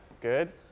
good